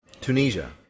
Tunisia